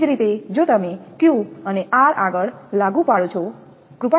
એ જ રીતે જો તમે Q અને R આગળ લાગુ પાડો છો